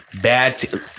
bad